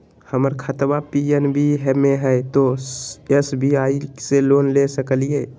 हमर खाता पी.एन.बी मे हय, तो एस.बी.आई से लोन ले सकलिए?